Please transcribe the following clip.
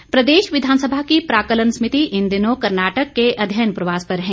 समिति प्रदेश विधानसभा की प्राक्कलन समिति इन दिनों कर्नाटक के अध्ययन प्रवास पर है